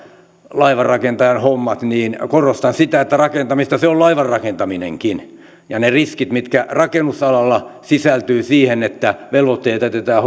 laivanrakentajan hommat niin korostan sitä että rakentamista se on laivan rakentaminenkin ne riskit mitkä rakennusalalla sisältyvät siihen että velvoitteet jätetään